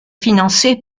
financée